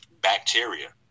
bacteria